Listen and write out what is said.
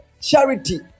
charity